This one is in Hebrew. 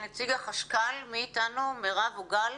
יאיר איידר בבקשה.